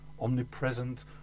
omnipresent